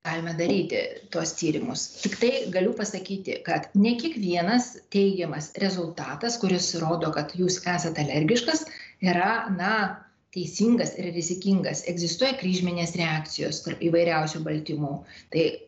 galima daryti tuos tyrimus tiktai galiu pasakyti kad ne kiekvienas teigiamas rezultatas kuris rodo kad jūs esate alergiškas yra na teisingas ir rizikingas egzistuoja kryžminės reakcijos tarp įvairiausių baltymų tai